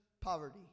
poverty